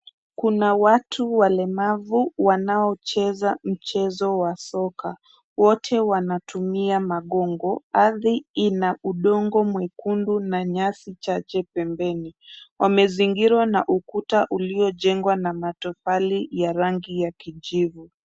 Kuna watu walemavu wanaocheza mchezo wa soka. Wote wanatumia magongo. Ardhi ina udongo mwekundu na nyasi chache pembeni. Wamezingirwa na ukuta uliojengwa na matofali ya rangi ya kijivu.